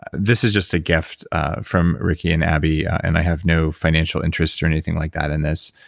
this is just a gift from ricki and abby, and i have no financial interest or anything like that in this.